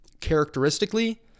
characteristically